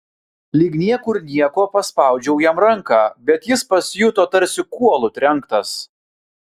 lyg niekur nieko paspaudžiau jam ranką bet jis pasijuto tarsi kuolu trenktas